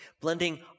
blending